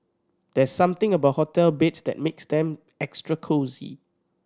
there's something about hotel beds that makes them extra cosy